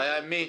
הבעיה עם מי?